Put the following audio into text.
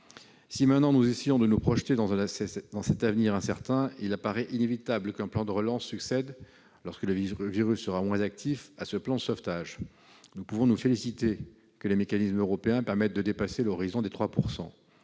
Si maintenant nous essayons de nous projeter dans cet avenir incertain, il paraît inévitable qu'un plan de relance succédera, lorsque le virus sera moins actif, à ce plan de sauvetage. Nous pouvons nous féliciter que les mécanismes européens permettent de dépasser l'horizon des 3 %.